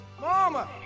Mama